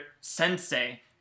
sensei